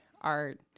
art